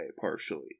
partially